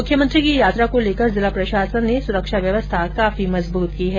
मुख्यमंत्री की यात्रा को लेकर जिला प्रशासन ने सुरक्षा व्यवस्था काफी मजबूत की है